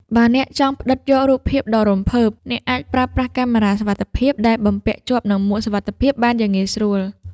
បើអ្នកចង់ផ្ដិតយករូបភាពដ៏រំភើប អ្នកអាចប្រើប្រាស់កាមេរ៉ាសកម្មភាពដែលបំពាក់ជាប់នឹងមួកសុវត្ថិភាពបានយ៉ាងងាយស្រួល។